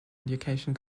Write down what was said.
education